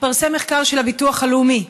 התפרסם מחקר של הביטוח הלאומי,